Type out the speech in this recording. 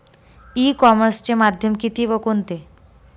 E कॉमर्सचे माध्यम किती व कोणते?